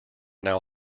now